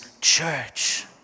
church